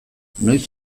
noiz